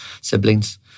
siblings